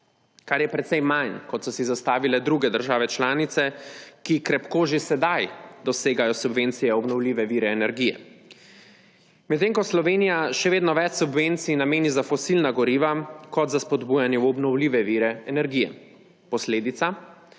kar je precej manj, kot so si zastavile druge države članice, ki krepko že sedaj dosegajo subvencije v obnovljive vire energije, medtem ko Slovenija še vedno več subvencij nameni za fosilna goriva kot za spodbujanje v obnovljive vire energije. Posledica: